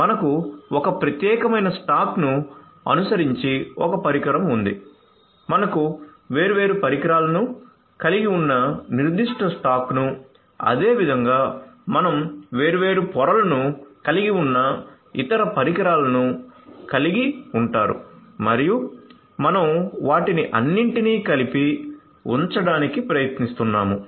మనకు ఒక ప్రత్యేకమైన స్టాక్ను అనుసరించి ఒక పరికరం ఉంది మనకు వేర్వేరు పరికరాలను కలిగి ఉన్ననిర్దిష్ట స్టాక్ను అదేవిధంగా మనం వేర్వేరు పొరలను కలిగి ఉన్న ఇతర పరికరాలను కలిగి ఉంటారు మరియు మనం వాటిని అన్నింటినీ కలిపి ఉంచడానికి ప్రయత్నిస్తున్నాము